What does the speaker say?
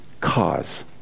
cause